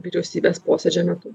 vyriausybės posėdžio metu